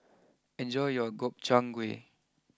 enjoy your Gobchang Gui